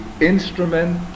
instrument